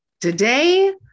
Today